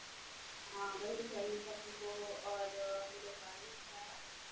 हाँ वही चाहिए सर हमको और हम लोग गाड़ी से आ